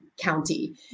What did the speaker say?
county